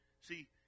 See